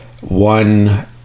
one